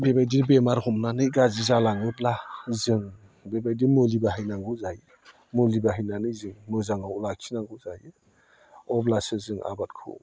बेबायदि बेमार हमनानै गाज्रि जालाङोब्ला जों बेबायदि मुलि बाहायनांगौ जायो मुलि बाहायनानै जों मोजाङाव लाखिनांगौ जाहैयो अब्लासो जों आबादखौ